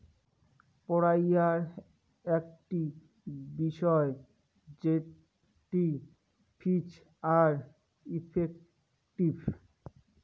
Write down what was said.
পড়াইয়ার আকটি বিষয় জেটটি ফিজ আর ইফেক্টিভ